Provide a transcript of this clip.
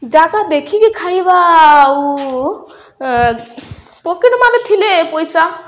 ଜାଗା ଦେଖିକି ଖାଇବା ଆଉ ପକେଟ୍ ମାର୍ରେ ଥିଲେ ପଇସା